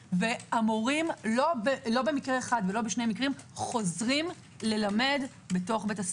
והמורים לא במקרה אחד ולא בשניים חוזרים ללמד בתוך בית הספר.